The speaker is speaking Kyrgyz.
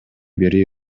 бери